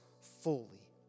fully